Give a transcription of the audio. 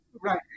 right